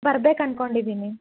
ಬರ್ಬೇಕು ಅಂದ್ಕೊಂಡಿದ್ದೀನಿ